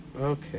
Okay